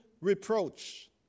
reproach